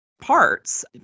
parts